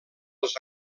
els